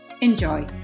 Enjoy